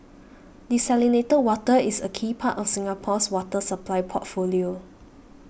desalinated water is a key part of Singapore's water supply portfolio